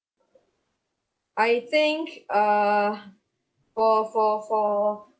I think err for for for